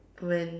when